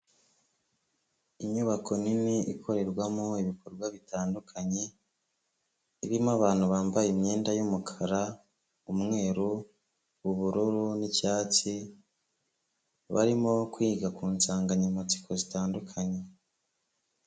Inyubako nini ikorerwamo ibikorwa bitandukanye, irimo abantu bambaye imyenda y'umukara, umweru, ubururu n'icyatsi, barimo kwiga ku nsanganyamatsiko zitandukanye.